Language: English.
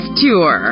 tour